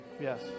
yes